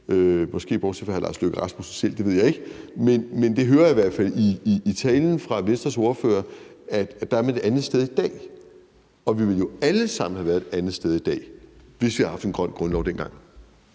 måske bortset fra hr. Lars Løkke Rasmussen selv; det ved jeg ikke. Men jeg hører i hvert fald i talen fra Venstres ordfører, at man er et andet sted i dag, og vi ville jo alle sammen have været et andet sted i dag, hvis vi havde haft en grøn grundlov dengang.